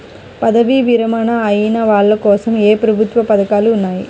పదవీ విరమణ అయిన వాళ్లకోసం ఏ ప్రభుత్వ పథకాలు ఉన్నాయి?